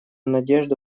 надежду